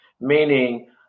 Meaning